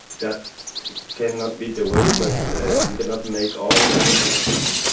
that cannot be the way, but you cannot make all languages official,